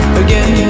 again